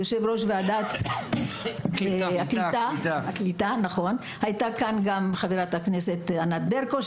יושב ראש ועדת הקליטה; הייתה כאן גם חברת הכנסת ענת ברקו,